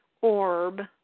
orb